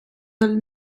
dal